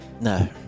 No